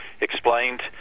explained